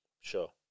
Sure